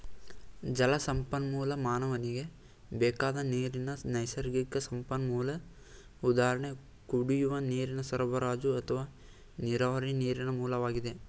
ಜಲಸಂಪನ್ಮೂಲ ಮಾನವನಿಗೆ ಬೇಕಾದ ನೀರಿನ ನೈಸರ್ಗಿಕ ಸಂಪನ್ಮೂಲ ಉದಾಹರಣೆ ಕುಡಿಯುವ ನೀರು ಸರಬರಾಜು ಅಥವಾ ನೀರಾವರಿ ನೀರಿನ ಮೂಲವಾಗಿ